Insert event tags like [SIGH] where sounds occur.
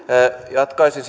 jatkaisin [UNINTELLIGIBLE]